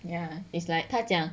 ya it's like 他讲